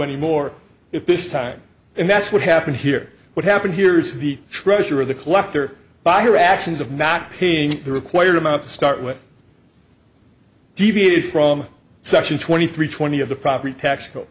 any more if this time and that's what happened here what happened here is the treasurer of the collector by her actions of mapping the required amount to start with deviated from section twenty three twenty of the property tax co